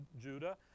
Judah